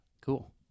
cool